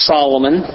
Solomon